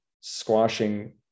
squashing